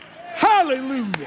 hallelujah